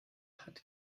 hat